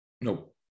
nope